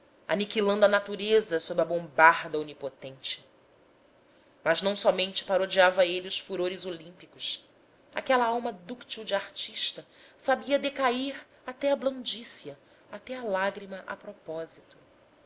aniquilando a natureza sob a bombarda onipotente mas não somente parodiava ele os furores olímpicos aquela alma dúctil de artista sabia decair até à blandícia até à lágrima a propósito